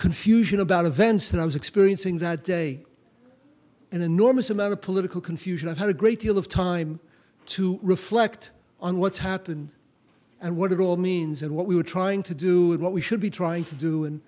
confusion about events that i was experiencing that day an enormous amount of political confusion i had a great deal of time to reflect on what's happened and what it all means and what we were trying to do what we should be trying to do and